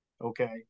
okay